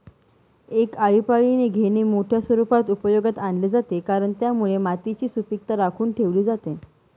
एक आळीपाळीने घेणे मोठ्या स्वरूपात उपयोगात आणले जाते, कारण त्यामुळे मातीची सुपीकता राखून ठेवली जाते